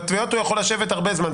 בתביעות הוא יכול לשבת הרבה זמן.